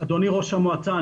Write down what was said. אדוני ראש המועצה,